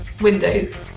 windows